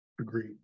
Agreed